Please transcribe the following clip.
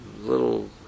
little